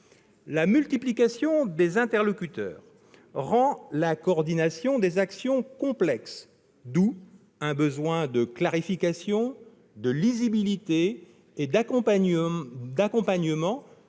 La multiplication des interlocuteurs rend la coordination des actions complexe, d'où un besoin de clarification, de lisibilité et d'accompagnement